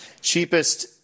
cheapest